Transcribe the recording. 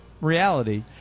reality